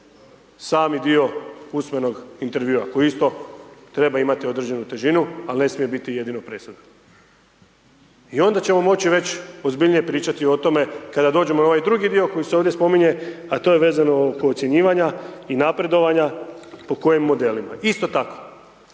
sami dio usmenog intervjua koji isto treba imati određenu težinu ali ne smije biti jedino presudan. I onda ćemo moći već ozbiljnije pričati o tome kada dođemo u ovaj drugi dio koji se ovdje spominje a to je vezano oko ocjenjivanja i napredovanja po kojim modelima isto tako.